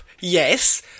Yes